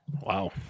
Wow